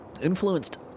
Influenced